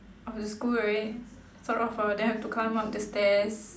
of the school right sort of uh there have to climb up the stairs